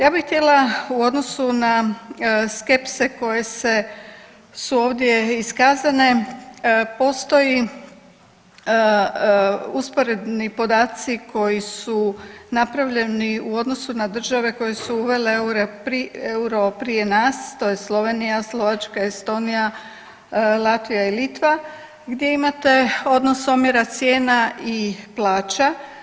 Ja bih htjela u odnosu na skepse koje se, su ovdje iskazane postoji usporedni podaci koji su napravljeni u odnosu na države koje su uvele eure, euro prije nas, to je Slovenija, Slovačka, Estonija, Latvija i Litva gdje imate odnos omjera cijena i plaća.